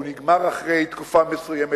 הוא נגמר אחרי תקופה מסוימת,